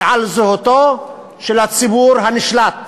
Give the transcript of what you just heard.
על זהותו של הציבור הנשלט,